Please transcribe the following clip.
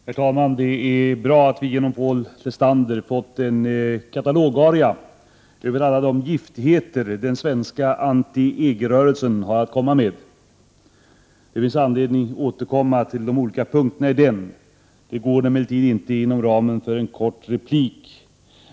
Herr talman! Det är bra att vi genom Paul Lestander fått en katalogaria över alla de giftigheter den svenska anti-EG-rörelsen har att komma med. Det finns anledning att återkomma till de olika punkterna i den katalogarian; det går inte inom ramen för en kort replik.